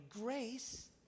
grace